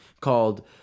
called